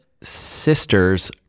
sister's